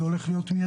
אלא זה הולך מיידי,